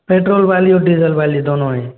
petrol वाली और diesel वाली दोनों हैं